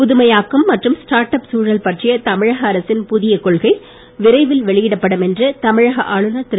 புதுமையாக்கம் மற்றும் ஸ்டார்ட்அப் சூழல் பற்றிய தமிழக அரசின் புதிய கொள்கை விரைவில் வெளியிடப்படும் என தமிழக ஆளுநர் திரு